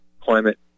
Climate